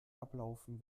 ablaufen